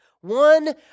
one